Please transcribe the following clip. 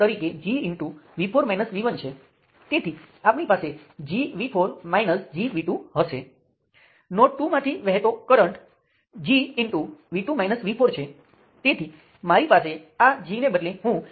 તમે સહેલાઈથી જોઈ શકો છો તેમ છતાં હું તેને દોરીશ તેને બીજી શાખા ક્રોસ કરવી પડશે તેથી આ ચોક્કસપણે પ્લેનર નથી